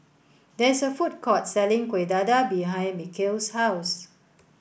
there is a food court selling Kueh Dadar behind Mikel's house